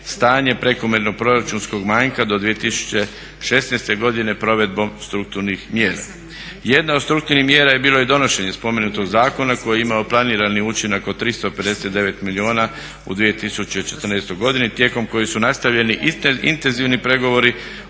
stanje prekomjernog proračunskog manjka do 2016. godine provedbom strukturnih mjera. Jedna od strukturnih mjera je bilo i donošenje spomenuto zakona koji je imamo planirani učinak od 359 milijuna u 2014. godini tijekom kojeg su nastavljeni intenzivni pregovori